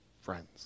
friends